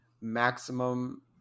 maximum